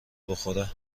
بخوره